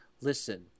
listen